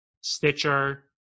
Stitcher